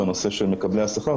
בנושא של מקבלי השכר,